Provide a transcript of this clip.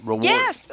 yes